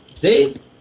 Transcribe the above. Dave